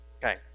Okay